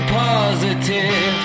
positive